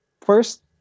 first